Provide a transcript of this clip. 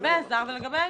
לגבי הזר ולגבי הישראלי.